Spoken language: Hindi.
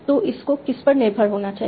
तो इसको किस पर निर्भर होना चाहिए